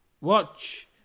watch